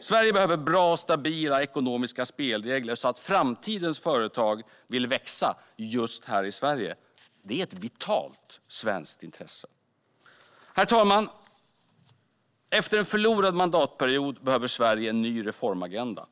Sverige behöver bra och stabila ekonomiska spelregler så att framtidens företag vill växa i just Sverige. Det är ett vitalt svenskt intresse. Herr talman! Efter en förlorad mandatperiod behöver Sverige en ny reformagenda.